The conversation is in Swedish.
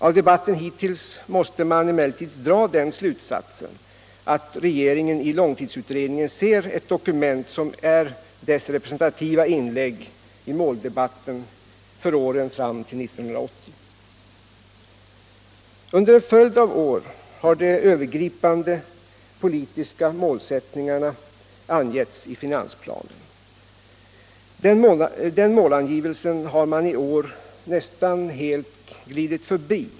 Av debatten hittills måste man emellertid dra den slutsatsen att regeringen i långtidsutredningen ser ett dokument som är dess representativa inlägg i måldebatten under åren fram till 1980. Under en följd av år har de övergripande politiska målsättningarna angetts i finansplanen. Den målangivelsen har man i år nästan helt glidit förbi.